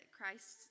Christ